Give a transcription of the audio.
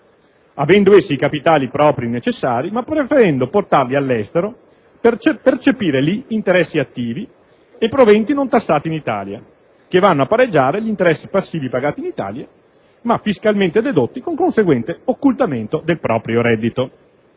avendo essi i capitali propri necessari, ma preferendo portarli all'estero per percepire lì interessi attivi e proventi non tassati in Italia, che vanno a pareggiare gli interessi passivi pagati in Italia, ma fiscalmente dedotti con conseguente occultamento del proprio reddito.